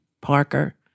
Parker